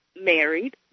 married